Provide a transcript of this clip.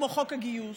כמו חוק הגיוס,